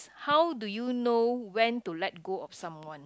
how do you know when to let go of someone